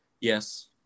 Yes